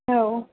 औ